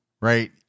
Right